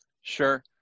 sure